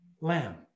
lamb